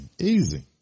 Easy